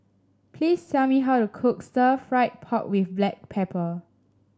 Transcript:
please tell me how to cook Stir Fried Pork with Black Pepper